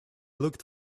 looked